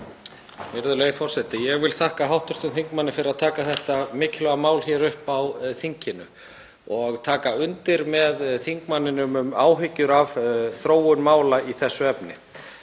Forseti. Ég vil þakka hv. þingmanni fyrir að taka þetta mikilvæga mál upp á þinginu og tek undir með þingmanninum um áhyggjur af þróun mála í þessu efni.